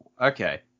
okay